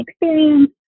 experience